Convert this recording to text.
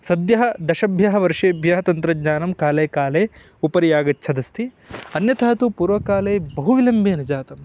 सद्यः दशभ्यः वर्षेभ्यः तन्त्रज्ञानं काले काले उपरि आगच्छदस्ति अन्यथा तु पूर्वकाले बहु विलम्बेन जातं